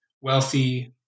wealthy